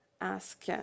ask